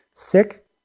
sick